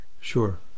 Sure